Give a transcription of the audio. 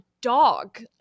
dog